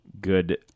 good